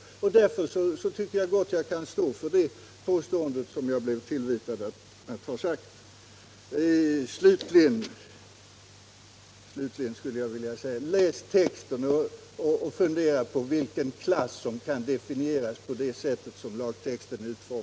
Därför tycker jag att jag kan stå för det påståendet som jag blev tillvitad för att ha gjort. Slutligen: Läs texten och fundera på vilken klass som kan åsyftas med den utformning som lagtexten har!